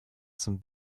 zum